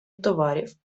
товарів